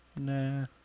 Nah